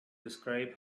describe